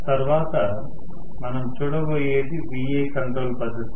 తర్వాత మనం చూడబోయేది Va కంట్రోల్ పద్ధతి